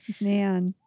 Man